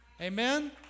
Amen